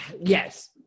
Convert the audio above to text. yes